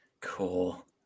cool